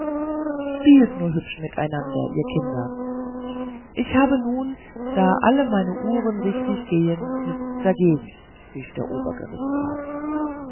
spielt nur hübsch mit einander ihr kinder ich habe nun da alle meine uhren richtig gehen nichts dagegen rief der obergerichtsrat